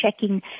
checking